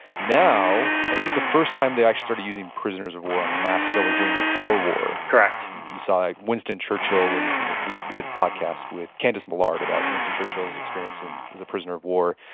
now, i think the first time they actually started using prisoners of war on mass scale was during the boer war correct you saw like winston churchill, yeah we did a podcast with candace millard about winston churchill's experience and as a prisoner of war,